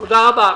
תודה רבה.